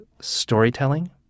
storytelling